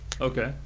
Okay